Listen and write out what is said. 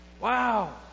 Wow